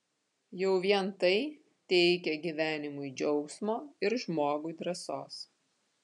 jau vien tai teikia gyvenimui džiaugsmo ir žmogui drąsos